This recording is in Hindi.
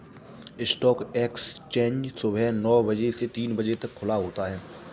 स्टॉक एक्सचेंज सुबह नो बजे से तीन बजे तक खुला होता है